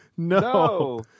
No